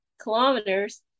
kilometers